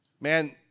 Man